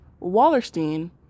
Wallerstein